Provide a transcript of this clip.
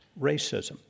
racism